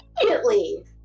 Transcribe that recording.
immediately